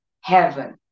heaven